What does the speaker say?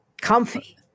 Comfy